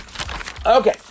Okay